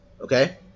okay